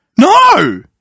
No